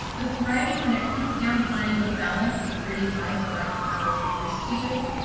the thriving when it comes down to finding a balance and creating life around what matters most to you.